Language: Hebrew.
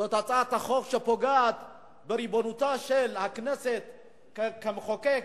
זאת הצעת חוק שפוגעת בריבונותה של הכנסת כמחוקק.